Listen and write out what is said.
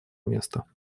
места